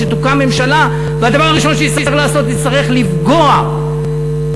כשתוקם ממשלה והדבר הראשון שהיא תצטרך לעשות הוא לפגוע בתקציב.